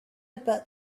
about